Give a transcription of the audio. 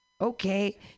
Okay